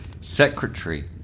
Secretary